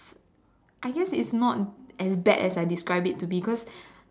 I guess it's not as bad as I described it to because